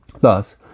Thus